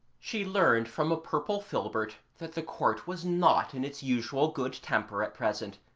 she learned from a purple filbert that the court was not in its usual good temper at present,